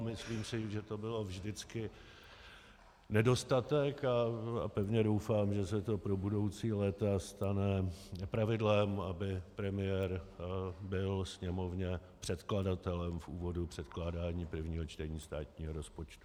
Myslím si, že to byl vždycky nedostatek, a pevně doufám, že se to pro budoucí léta stane pravidlem, aby premiér byl Sněmovně předkladatelem v úvodu předkládání prvního čtení státního rozpočtu.